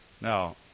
Now